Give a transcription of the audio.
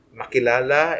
makilala